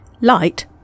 Light